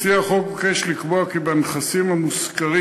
מציע החוק מבקש לקבוע כי בנכסים המושכרים